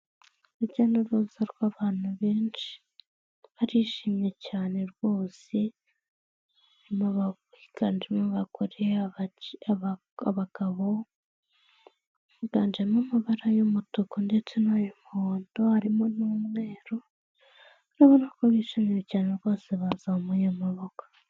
Urujya n'uruza rw'abantu benshi barishimye cyane rwose, higanjemo abagore abagabo, higanjemo amabara y'umutuku ndetse n'uy'umuhondo harimo n'umweru, urabona ko bishimiye cyane rwose bazamuye amaboko.